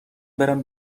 برم